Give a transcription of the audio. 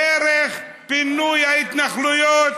דרך פינוי ההתנחלויות,